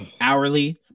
hourly